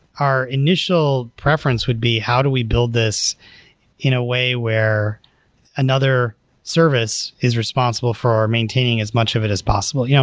our initial preference would be how do we build this in a way where another service is responsible for maintaining as much of it as possible? yeah